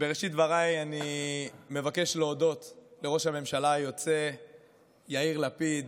בראשית דבריי אני מבקש להודות לראש הממשלה היוצא יאיר לפיד